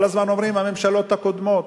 כל הזמן אומרים: הממשלות הקודמות.